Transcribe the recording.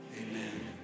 amen